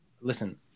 listen